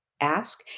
ask